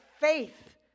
faith